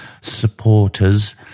supporters